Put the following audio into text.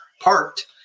parked